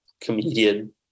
comedian